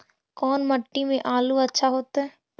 कोन मट्टी में आलु अच्छा होतै?